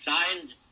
signed